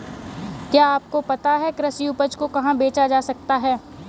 क्या आपको पता है कि कृषि उपज को कहाँ बेचा जा सकता है?